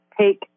take